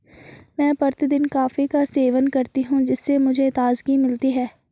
मैं प्रतिदिन कॉफी का सेवन करती हूं जिससे मुझे ताजगी मिलती है